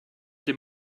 dem